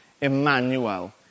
Emmanuel